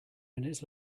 minutes